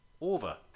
over